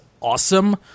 awesome